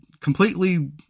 completely